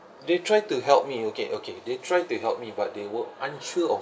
they tried to help me okay okay they tried to help me but they were unsure of